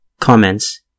comments